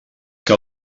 que